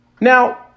Now